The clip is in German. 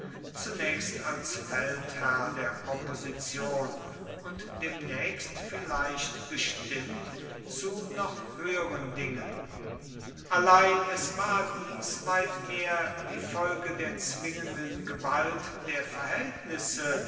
zunächst als feldherr der opposition und demnächst vielleicht bestimmt zu noch höheren dingen allein es war dies weit mehr die folge der zwingenden gewalt der verhältnisse